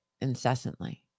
incessantly